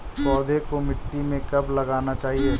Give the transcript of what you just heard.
पौधें को मिट्टी में कब लगाना चाहिए?